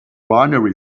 binary